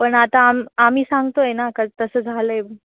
पण आता आम आम्ही सांगतो आहे ना का तसं झालं आहे